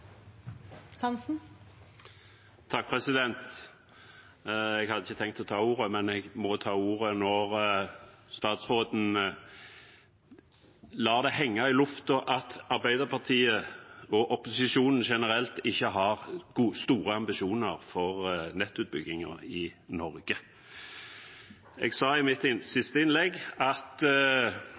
Jeg hadde ikke tenkt å ta ordet, men jeg må ta ordet når statsråden lar det henge i luften at Arbeiderpartiet og opposisjonen generelt ikke har store ambisjoner for nettutbyggingen i Norge. Jeg sa i mitt siste innlegg at